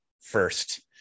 first